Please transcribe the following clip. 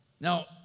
Now